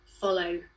follow